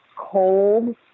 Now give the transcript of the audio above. cold